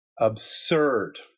absurd